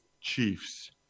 Chiefs